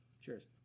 cheers